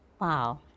Wow